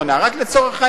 רק לצורך העניין,